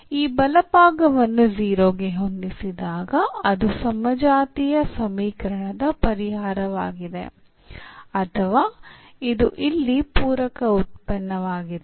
ಈ ಬಲಭಾಗವನ್ನು 0 ಗೆ ಹೊಂದಿಸಿದಾಗ ಅದು ಸಮಜಾತೀಯ ಸಮೀಕರಣದ ಪರಿಹಾರವಾಗಿದೆ ಅಥವಾ ಇದು ಇಲ್ಲಿ ಪೂರಕ ಉತ್ಪನ್ನವಾಗಿದೆ